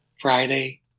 Friday